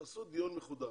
תעשו דיון מחודש.